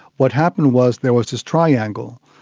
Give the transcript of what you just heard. what happened was there was this triangle.